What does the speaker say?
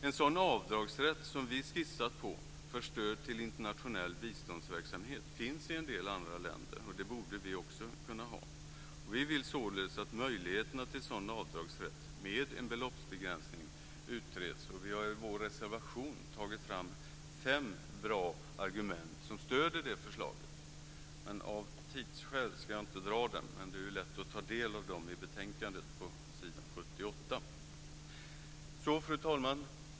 En sådan avdragsrätt som vi skissar på för stöd till internationell biståndsverksamhet finns i en del andra länder, och det borde vi också kunna ha. Vi vill således att möjligheterna till sådan avdragsrätt med en beloppsbegränsning utreds. Vi har i vår reservation tagit fram fem bra argument som stöder det förslaget. Av tidsskäl ska jag inte dra dem, men det är lätt att ta del av dem i betänkandet på s. 78. Fru talman!